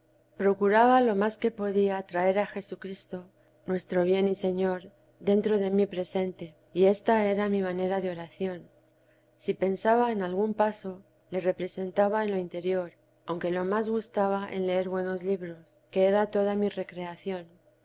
procuraba lo más que podía traer a jesucristo nuestro bien y señor dentro de mí presente y esta era mi manera de oración si pensaba en algún paso le representaba en lo interior aunque lo más gustaba en leer buenos libros qué era toda mi recreación